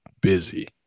busy